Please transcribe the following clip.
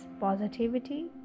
positivity